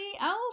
else